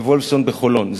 ווולפסון בחולון.